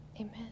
amen